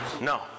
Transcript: No